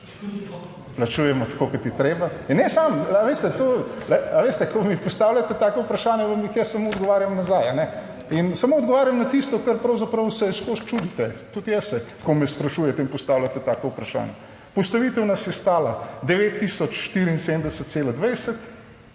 Plačujemo tako kot je treba in ne samo, a veste to, a veste, ko mi postavljate taka vprašanja vam jih jaz samo odgovarjam nazaj, a ne? In samo odgovarjam na tisto kar pravzaprav se skozi čudite tudi jaz se, ko me sprašujete in postavljate taka vprašanja. Postavitev nas je stala 9074,20